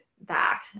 back